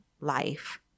life